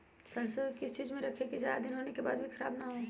सरसो को किस चीज में रखे की ज्यादा दिन होने के बाद भी ख़राब ना हो?